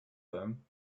them